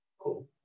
Cool